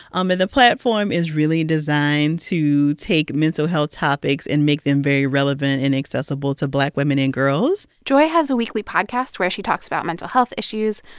um the platform is really designed to take mental health topics and make them very relevant and accessible to black women and girls joy has a weekly podcast where she talks about mental health issues.